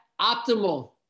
optimal